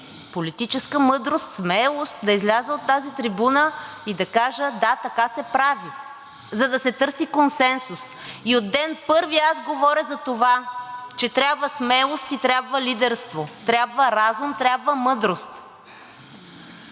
политическа мъдрост, смелост да изляза от тази трибуна и да кажа: да, така се прави, за да се търси консенсус. И от ден първи аз говоря за това, че трябва смелост и трябва лидерство, трябва разум, трябва мъдрост.